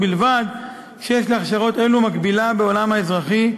ובלבד שיש להכשרות אלו מקבילה בעולם האזרחי,